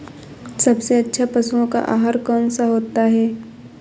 सबसे अच्छा पशुओं का आहार कौन सा होता है?